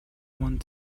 want